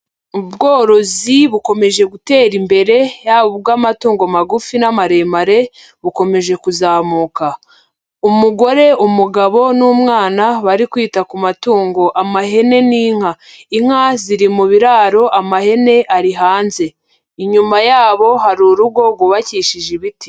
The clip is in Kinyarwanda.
Ubworozi bukomeje gutera imbere yaba ubw'amatungo magufi n'amaremare bukomeje kuzamuka. Umugore, umugabo n'umwana bari kwita ku matungo amahene n'inka. Inka ziri mu biraro amahene ari hanze. Inyuma yabo hari urugo rwubakishije ibiti.